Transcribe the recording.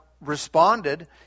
responded